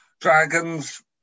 Dragons